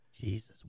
Jesus